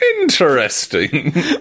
Interesting